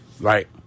Right